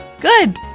Good